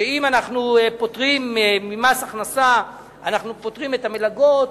שאם אנחנו פוטרים ממס הכנסה את המלגות,